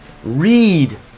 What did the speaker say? read